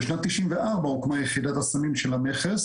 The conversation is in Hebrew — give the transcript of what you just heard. בשנת 1994 הוקמה יחידת הסמים של המכס,